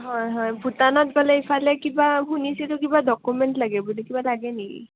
হয় হয় ভূটানত গ'লে ইফালে কিবা শুনিছিলোঁ কিবা ডকুমেণ্ট লাগে বুলি কিবা লাগে নেকি